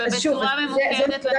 ובצורה ממוקדת לתופעה.